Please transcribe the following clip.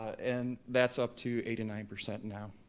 and that's up to eighty nine percent now.